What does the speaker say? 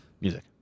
Music